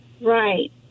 Right